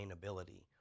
sustainability